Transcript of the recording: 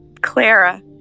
Clara